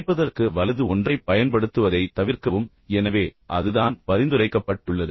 கேட்பதற்கு வலது ஒன்றைப் பயன்படுத்துவதைத் தவிர்க்கவும் எனவே அதுதான் பரிந்துரைக்கப்பட்டுள்ளது